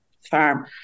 farm